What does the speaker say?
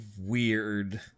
weird